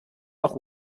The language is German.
auch